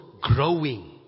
growing